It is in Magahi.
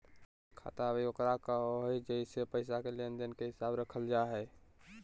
खाता बही ओकरा कहो हइ जेसे पैसा के लेन देन के हिसाब रखल जा हइ